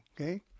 okay